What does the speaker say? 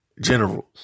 generals